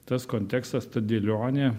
tas kontekstas ta dėlionė